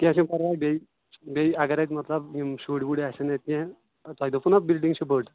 کینٛہہ چھِنہٕ پَرواے بیٚیہِ بیٚیہِ اگر اَتہِ مطلب یِم شُرۍ وُرۍ آسان اَتٮ۪ن تۄہہِ دوٚپوٕ نا بِلڈِنٛگ چھےٚ بٔڑ